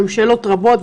יש שאלות רבות.